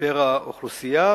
פר האוכלוסייה,